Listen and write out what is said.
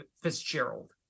Fitzgerald